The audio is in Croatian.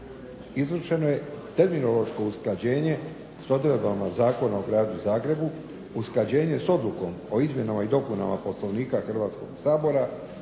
izvršeno je terminološko usklađenje s odredbama Zakona o Gradu Zagrebu, usklađenje s odlukom o izmjenama i dopunama Poslovnika Hrvatskog sabora